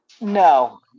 No